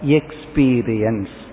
experience